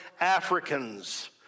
Africans